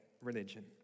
religion